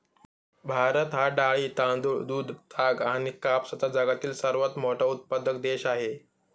भारत हा डाळी, तांदूळ, दूध, ताग आणि कापसाचा जगातील सर्वात मोठा उत्पादक देश आहे